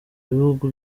ibihugu